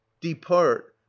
Depart